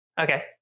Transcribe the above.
Okay